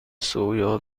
سویا